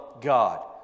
God